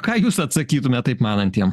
ką jūs atsakytumėt taip manantiem